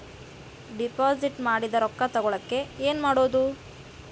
Deposit ಮಾಡಿದ ರೊಕ್ಕ ತಗೋಳಕ್ಕೆ ಏನು ಮಾಡೋದು?